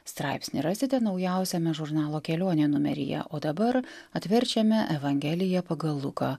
straipsnį rasite naujausiame žurnalo kelionė numeryje o dabar atverčiame evangeliją pagal luką